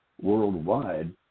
worldwide